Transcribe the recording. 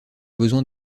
besoin